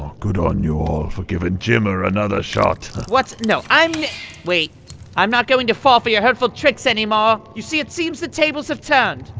good on you all for giving jimmer another shot what? no. i'm nik wait i'm not going to fall for your hurtful tricks anymore! you see, it seems the tables have turned!